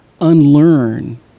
unlearn